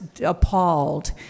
appalled